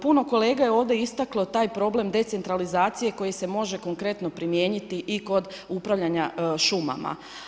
Puno kolega je ovdje istaklo taj problem decentralizacije koji se može konkretno primijeniti i kod upravljanja šumama.